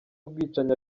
ubwicanyi